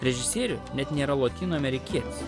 režisierių net nėra lotynų amerikietis